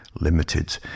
limited